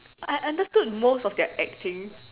I I understood most of their acting